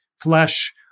Flesh